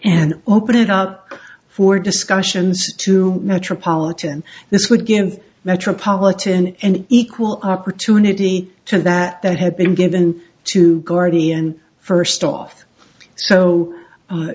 and open it up for discussions to metropolitan this would give metropolitan and equal opportunity to that that had been given to guardian first off so